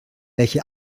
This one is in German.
welche